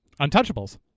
Untouchables